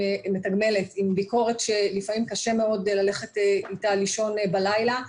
עם ביקורת שלפעמים קשה מאוד ללכת איתה לישון בלילה,